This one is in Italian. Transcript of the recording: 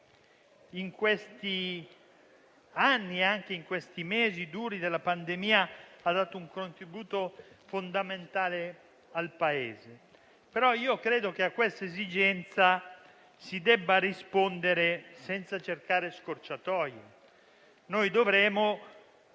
in questi anni e in questi mesi duri della pandemia ha dato un contributo fondamentale al Paese. Tuttavia io credo che a questa esigenza si debba rispondere senza cercare scorciatoie. Noi dovremo,